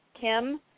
kim